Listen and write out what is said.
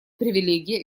привилегия